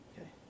okay